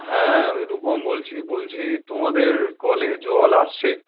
হ্যাঁ আমি রূপম বলছি বলছি তোমাদের কলে জল আসছে